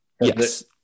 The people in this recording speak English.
Yes